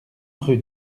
rue